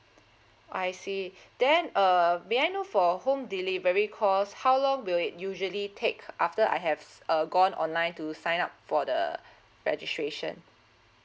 I see then uh may I know for home delivery cause how long will it usually take after I have uh gone online to sign up for the registration